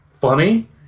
funny